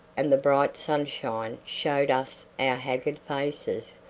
and the bright sunshine showed us our haggard faces,